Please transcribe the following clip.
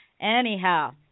Anyhow